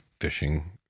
fishing